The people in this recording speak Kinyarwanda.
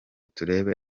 turebe